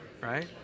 right